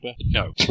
No